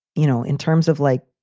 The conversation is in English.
you know, in terms of like,